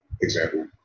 example